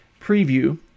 preview